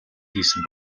хийсэн